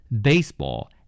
baseball